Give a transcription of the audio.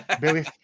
billy